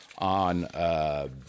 on